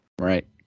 Right